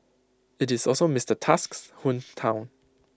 IT is also Mister Tusk's hometown